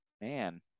man